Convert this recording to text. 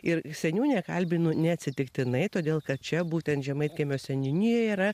ir seniūnę kalbinu neatsitiktinai todėl kad čia būtent žemaitkiemio seniūnijoj yra